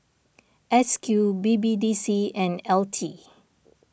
S Q B B D C and L T